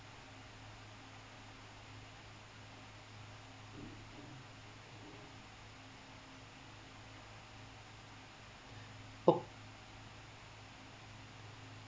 oh